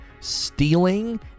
stealing